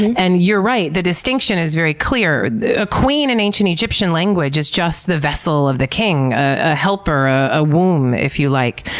and you're right, the distinction is very clear. a queen in ancient egyptian language is just the vessel of the king, a helper, ah a womb, if you like.